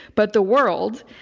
but the world,